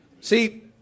See